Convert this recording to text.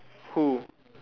who